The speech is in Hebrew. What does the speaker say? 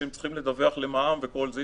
כשהם צריכים לדווח למע"מ וכל זה.